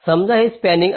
समजा हे स्पॅनिंग आहे